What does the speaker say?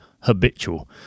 habitual